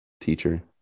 teacher